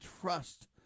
trust